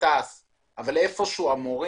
אבל המורים,